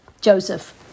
Joseph